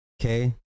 okay